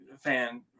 fan